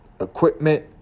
equipment